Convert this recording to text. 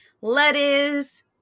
lettuce